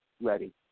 ready